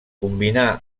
combinà